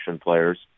players